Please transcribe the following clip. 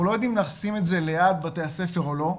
אנחנו לא יודעים לשייך את זה לסביבת בתי הספר או לא.